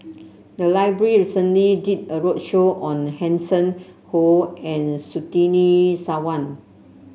the library recently did a roadshow on Hanson Ho and Surtini Sarwan